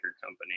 company